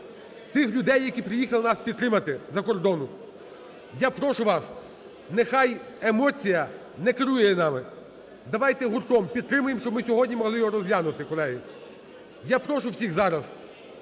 тих людей, які приїхали нас підтримати з-за кордону. Я прошу вас, нехай емоція не керує нами. Давайте гуртом підтримаємо, щоб ми сьогодні могли його розглянути, колеги. Я прошу всіх зараз